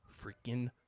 freaking